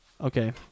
Okay